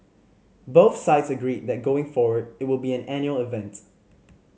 both sides agreed that going forward it would be an annual event